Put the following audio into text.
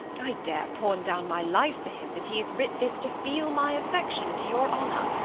i dare pawn down my life for him that he hath writ this to feel my affection to your honour,